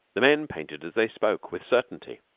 the men painted as they spoke with certainty.